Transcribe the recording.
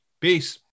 peace